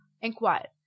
inquired